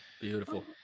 Beautiful